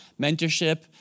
mentorship